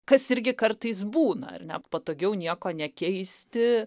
kas irgi kartais būna ar ne patogiau nieko nekeisti